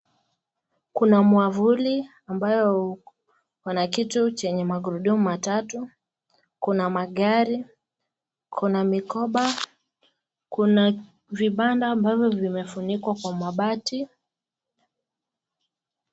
Kuna mwavuli ambayo pana kitu chenye magurudumu matatu. Kuna magari, kuna mikoba, kuna vibanda ambavyo vimefunikwa kwa mabati.